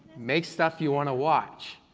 make stuff you wanna watch.